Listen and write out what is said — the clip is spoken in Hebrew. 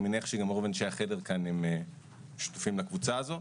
אני מניח שגם רוב האנשים בחדר כאן שותפים לקבוצה הזו,